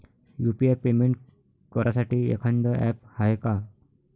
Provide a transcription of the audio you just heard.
UPI payment करासाठी एखांद app हाय का?